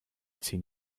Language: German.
ziehen